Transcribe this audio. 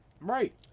right